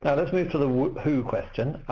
yeah let's move to the who question.